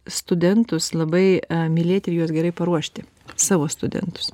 studentus labai mylėti ir juos gerai paruošti savo studentus